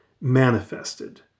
manifested